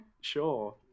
Sure